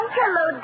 hello